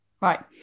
Right